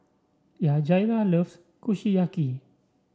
Yajaira loves Kushiyaki